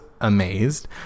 amazed